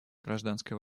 гражданской